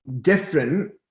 different